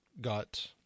got